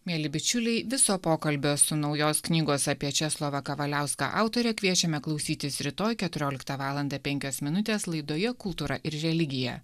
mieli bičiuliai viso pokalbio su naujos knygos apie česlovą kavaliauską autore kviečiame klausytis rytoj keturioliktą valandą penkios minutės laidoje kultūra ir religija